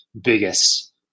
biggest